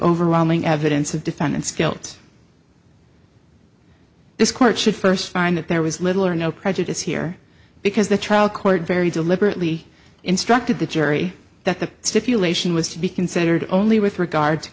overwhelming evidence of defendant skillz this court should first find that there was little or no prejudice here because the trial court very deliberately instructed the jury that the stipulation was to be considered only with regard to